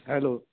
hello